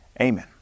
amen